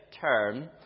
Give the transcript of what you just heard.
term